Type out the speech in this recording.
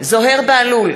זוהיר בהלול,